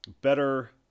better